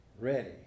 ready